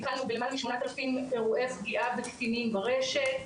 טיפלנו בלמעלה מ- 8,000 אירועי פגיעה בקטינים ברשת,